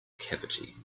cavity